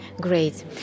Great